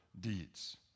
deeds